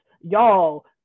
y'all